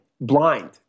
blind